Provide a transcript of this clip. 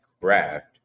craft